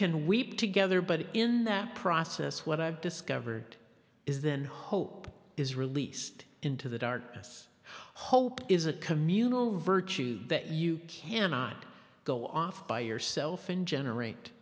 can weep together but in that process what i've discovered is then hope is released into the darkness hope is a communal virtue that you cannot go off by yourself and generate